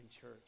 church